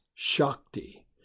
Shakti